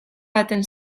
baten